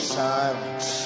silence